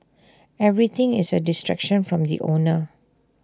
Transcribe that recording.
everything is A distraction from the owner